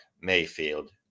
Mayfield